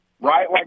Right